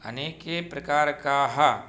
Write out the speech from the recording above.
अनेके प्रकारकाः